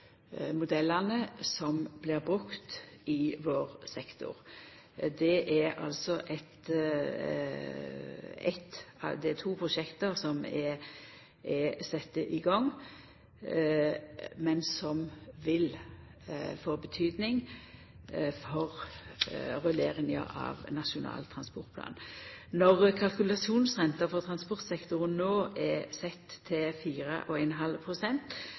som blir brukte i vår sektor. Det er altså to prosjekt som er sette i gang, og som vil få betydning for rulleringa av Nasjonal transportplan. Når kalkulasjonsrenta for transportsektoren no er sett til 4,5